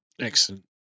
Excellent